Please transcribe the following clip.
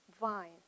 vine